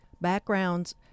backgrounds